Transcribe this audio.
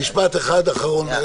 משפט אחד אחרון.